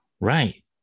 Right